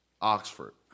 Oxford